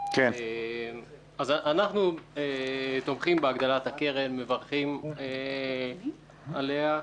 אנחנו תומכים בהגדלת הקרן ומברכים עליה.